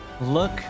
look